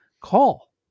call